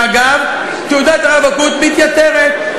ואגב, תעודת הרווקות מתייתרת.